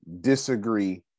disagree